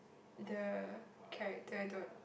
the character don't